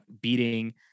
beating